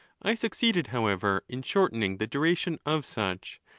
i succeeded, however, in shortening the duration of such,